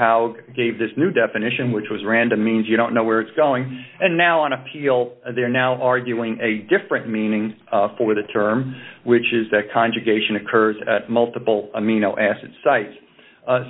howe gave this new definition which was random means you don't know where it's going and now on appeal they are now arguing a different meaning for the term which is that conjugation occurs at multiple amino acid sites